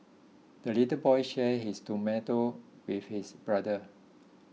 the little boy shared his tomato with his brother